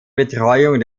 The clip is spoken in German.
betreuung